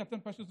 כי אתם פשוט,